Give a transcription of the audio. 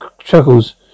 chuckles